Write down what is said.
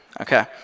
okay